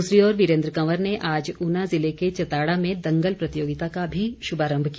दूसरी ओर वीरेन्द्र कंवर ने आज ऊना जिले के चताड़ा में दंगल प्रतियोगिता का भी शुभारम्भ किया